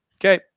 Okay